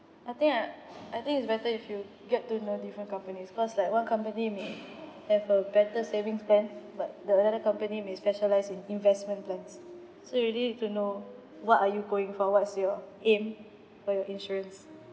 I think I I think it's better if you get to know different companies cause like one company may have a better savings plans but the another company may specialise in investment plans so you need to know what are you going for what's your aim for your insurance